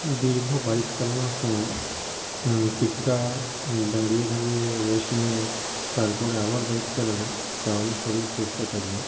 দীর্ঘ বাইক চালানোর সময় কিছুটা দাঁড়িয়ে দাঁড়িয়ে রেস্ট নিয়ে তারপরে আবার বাইক চালালে তাহলে শরীর সুস্থ থাকবে